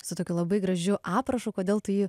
su tokiu labai gražiu aprašu kodėl tu jį